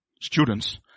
students